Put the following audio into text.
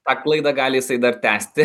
tą klaidą gali jisai dar tęsti